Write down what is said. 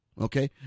Okay